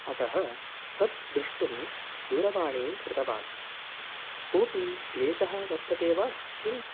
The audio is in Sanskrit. अतः तत् द्रष्टुं दूरवाणीं कृतवान् कोपि क्लेशः वर्तते वा किं